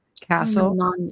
castle